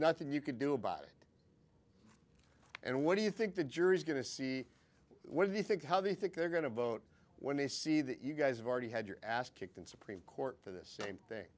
nothing you can do about it and what do you think the jury's going to see what do you think how they think they're going to vote when they see that you guys have already had your ass kicked in supreme court for this thing